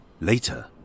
Later